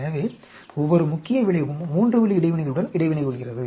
எனவே ஒவ்வொரு முக்கிய விளைவும் 3 வழி இடைவினைகளுடன் இடைவினை கொள்கிறது